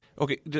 Okay